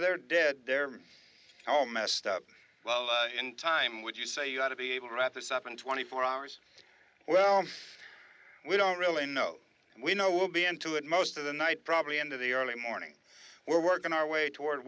they're dead they're all messed up well in time would you say you had to be able to wrap this up in twenty four hours well we don't really know we know will be end to it most of the night probably end of the early morning we're working our way toward